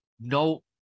no